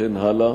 וכן הלאה.